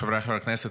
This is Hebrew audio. חבריי חברי הכנסת,